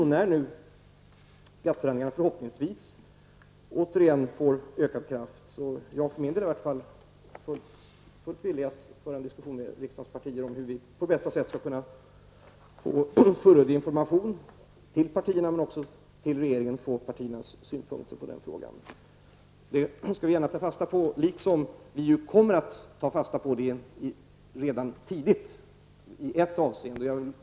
När GATT-förhandlingarna förhoppningsvis återigen får ökad kraft är jag i alla fall villig att föra en diskussion med riksdagens partier om hur partierna på bästa sätt skall få fullödig information och om hur regeringen skall få partiernas synpunkter i frågan. Det skall vi gärna ta fasta på, liksom vi kommer att ta fasta på det redan tidigare i ett avseende. Herr talman!